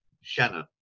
Shannon